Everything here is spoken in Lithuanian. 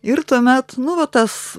ir tuomet nu va tas